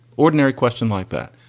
ordinary questions like that.